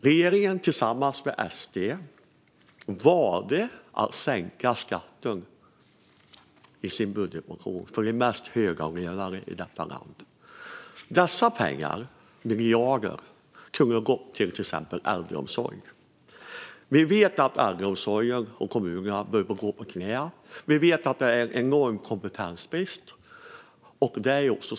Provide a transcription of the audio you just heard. Regeringen valde tillsammans med SD i sin budget att sänka skatten för de mest högavlönade i detta land. Dessa pengar - miljarder - kunde ha gått till exempelvis äldreomsorg. Vi vet att äldreomsorgen och kommunerna börjar gå på knäna. Vi vet att det är en enorm kompetensbrist.